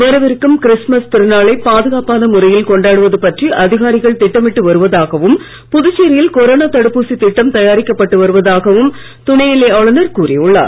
வரவிருக்கும் கிறிஸ்மஸ் திருநாளை பாதுகாப்பான முறையில் கொண்டாடுவது பற்றி அதிகாரிகள் திட்டமிட்டு வருவதாகவும் புதுச்சேரியில் கொரோனா தடுப்பூசித் திட்டம் தயாரிக்கப்பட்டு வருவதாகவும் துணை நிலை ஆளுநர் கூறியுள்ளார்